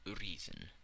reason